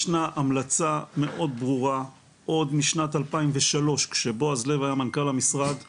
ישנה המלצה מאוד ברורה עוד משנת 2003 כשבועז לב היה מנכ"ל משרד הבריאות,